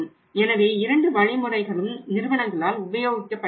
எனவே இரண்டு வழிமுறைகளும் நிறுவனங்களால் உபயோகிக்கப்படுகிறது